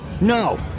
No